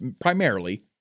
primarily